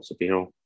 superhero